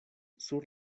sur